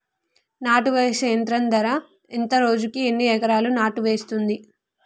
నాటు వేసే యంత్రం ధర ఎంత రోజుకి ఎన్ని ఎకరాలు నాటు వేస్తుంది?